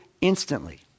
instantly